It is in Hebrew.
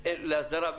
הסדרה.